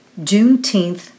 Juneteenth